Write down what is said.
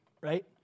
right